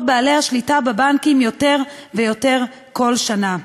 בעלי השליטה בבנקים יותר ויותר כל שנה.